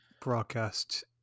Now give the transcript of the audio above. broadcast